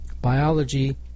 biology